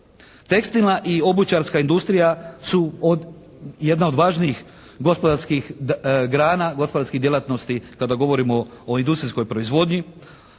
Tekstilna i obućarska industrija su jedna od važnijih gospodarskih grana, gospodarskih djelatnosti kada govorimo o industrijskoj proizvodnji,